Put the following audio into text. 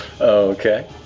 Okay